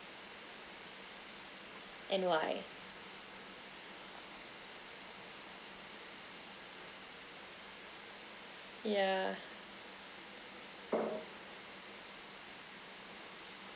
and why yeah